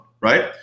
right